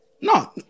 No